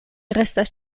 restas